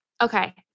Okay